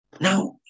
Now